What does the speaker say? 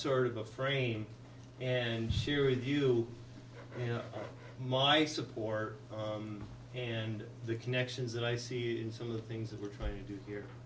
sort of a frame and share with you my support and the connections that i see and some of the things that we're trying to do here